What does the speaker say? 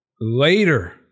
later